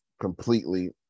completely